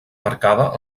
marcada